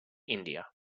india